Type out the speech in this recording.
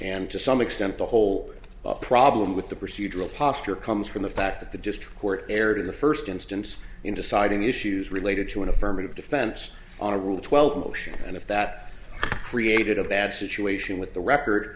and to some extent the whole problem with the procedural posture comes from the fact that the just court erred in the first instance in deciding issues related to an affirmative defense on a rule twelve motion and if that created a bad situation with the record